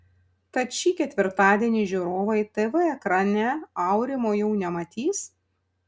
tad šį ketvirtadienį žiūrovai tv ekrane aurimo jau nematys